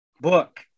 book